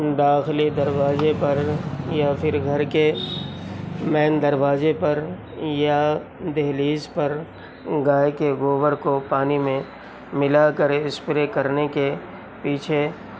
داخلی دروازے پر یا پھر گھر کے مین دروازے پر یا دہلیز پر گائے کے گوبر کو پانی میں ملا کر اسپرے کرنے کے پیچھے